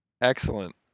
Excellent